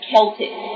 Celtic